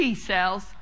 T-cells